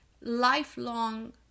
lifelong